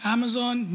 Amazon